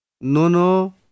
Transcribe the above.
Nono